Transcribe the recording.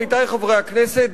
עמיתי חברי הכנסת,